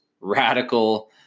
radical